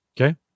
Okay